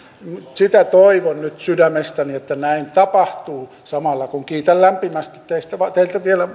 sitä toivon nyt sydämestäni että näin tapahtuu samalla kun kiitän lämpimästi teitä vielä